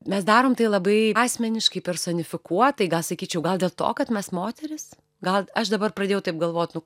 mes darom tai labai asmeniškai personifikuotai gal sakyčiau gal dėl to kad mes moterys gal aš dabar pradėjau taip galvot nu